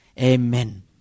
Amen